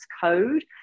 code